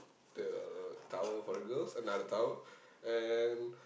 the tower for the girls another tower and